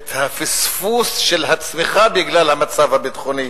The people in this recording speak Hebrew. את הפספוס של הצמיחה בגלל המצב הביטחוני,